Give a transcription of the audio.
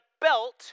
belt